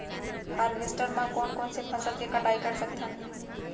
Harvester म कोन कोन से फसल के कटाई कर सकथन?